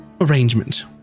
arrangement